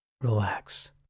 relax